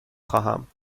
خواهم